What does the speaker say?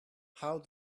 how